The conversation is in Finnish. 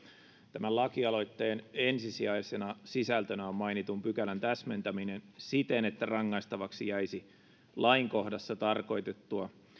tämän lakialoitteen ensisijaisena sisältönä on mainitun pykälän täsmentäminen siten että rangaistavaksi jäisi lainkohdassa tarkoitettua